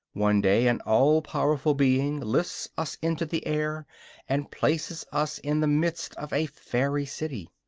one day an all-powerful being lifts us into the air and places us in the midst of a fairy city.